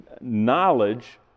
knowledge